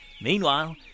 Meanwhile